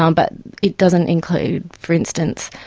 um but it doesn't include, for instance,